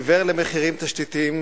עיוור למחירים תשתיתיים